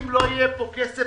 אם לא יהיה כסף,